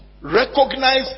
recognize